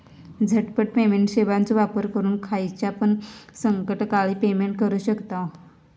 झटपट पेमेंट सेवाचो वापर करून खायच्यापण संकटकाळी पेमेंट करू शकतांव